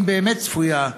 אם באמת צפויה,